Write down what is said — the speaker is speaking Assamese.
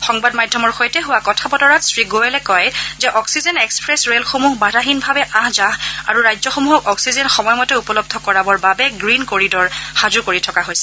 সংবাদ মাধ্যমৰ সৈতে হোৱা কথা বতৰাত শ্ৰী গোৱেলে কয় যে অক্সিজেন এক্সপ্ৰেছ ৰে'লসমূহ বাধাহীনভাৱে আহ যাহ আৰু ৰাজ্যসমূহক অক্সিজেন সময়মতে উপলব্ধ কৰাবৰ বাবে গ্ৰীণ কৰিডৰ সাজু কৰি থকা হৈছে